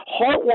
heartwarming